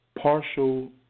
partial